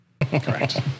Correct